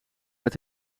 met